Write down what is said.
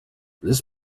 this